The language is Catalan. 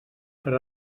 per